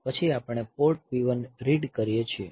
પછી આપણે port P1 read કરીએ છીએ